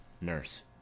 Nurse